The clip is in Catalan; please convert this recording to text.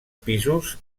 pisos